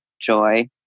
joy